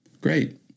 great